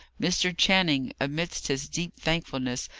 mr. channing, amidst his deep thankfulness,